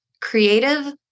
creative